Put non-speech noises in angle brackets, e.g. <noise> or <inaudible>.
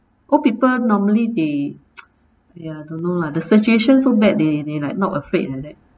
old people normally they <noise> ya don't know lah the situation so bad they they like not afraid like that